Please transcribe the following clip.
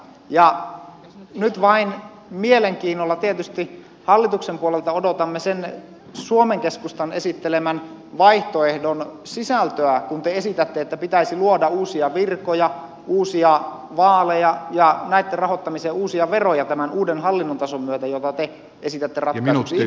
ja nyt vain mielenkiinnolla tietysti hallituksen puolelta odotamme sen suomen keskustan esittelemän vaihtoehdon sisältöä kun te esitätte että pitäisi luoda uusia virkoja uusia vaaleja ja näitten rahoittamiseen uusia veroja tämän uuden hallinnon tason myötä jota te esitätte ratkaisuksi